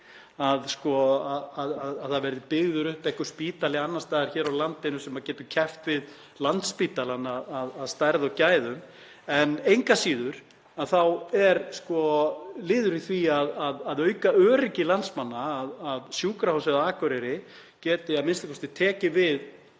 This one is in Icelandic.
að það verði byggður upp einhver spítali annars staðar á landinu sem getur keppt við Landspítala að stærð og gæðum. En engu að síður þá er liður í því að auka öryggi landsmanna að Sjúkrahúsið á Akureyri geti a.m.k. tekið við